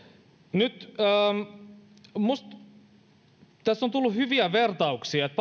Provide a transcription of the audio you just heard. nyt vain minusta tässä on tullut hyviä vertauksia että